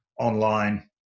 online